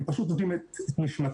הם פשוט נותנים את נשמתם,